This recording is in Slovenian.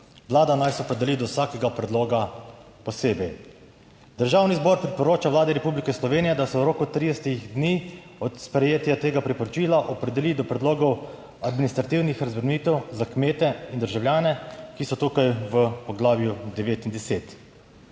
Vlada naj se opredeli do vsakega predloga posebej. Državni zbor priporoča Vladi Republike Slovenije, da se v roku 30 dni od sprejetja tega priporočila opredeli do predlogov administrativnih razbremenitev za kmete in državljane, ki so tukaj v poglavju devet